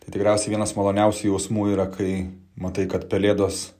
tai tikriausiai vienas maloniausių jausmų yra kai matai kad pelėdos